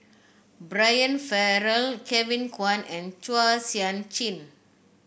Brian Farrell Kevin Kwan and Chua Sian Chin